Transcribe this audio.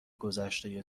گذشته